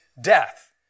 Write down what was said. death